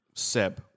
Seb